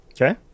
okay